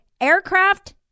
aircraft